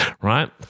right